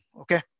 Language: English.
okay